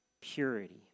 purity